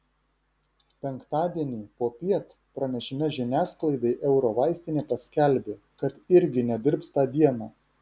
penktadienį popiet pranešime žiniasklaidai eurovaistinė paskelbė kad irgi nedirbs tą dieną